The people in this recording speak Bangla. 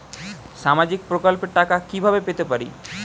সামাজিক প্রকল্পের টাকা কিভাবে পেতে পারি?